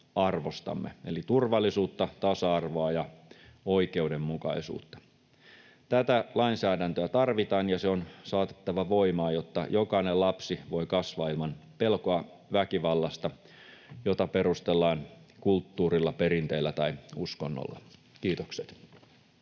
eli turvallisuutta, tasa-arvoa ja oikeudenmukaisuutta. Tätä lainsäädäntöä tarvitaan, ja se on saatettava voimaan, jotta jokainen lapsi voi kasvaa ilman pelkoa väkivallasta, jota perustellaan kulttuurilla, perinteillä tai uskonnolla. — Kiitokset.